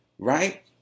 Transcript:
Right